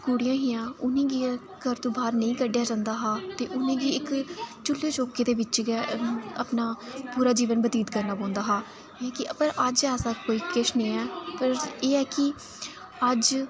कुड़ियां हियां उ'नेंगी घर तूं बाह्र नीं कड्ढेआ जंदा हा ते उ'नेंगी इक चु'ल्ले चौक्के दे बिच गै अपना पूरा जीवन बतीत करना पौंदा हा पर अज्ज ऐसा कोई किश नी ऐ पर एह् ऐ कि अज्ज